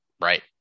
right